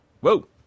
Whoa